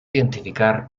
identificar